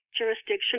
jurisdiction